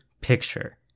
picture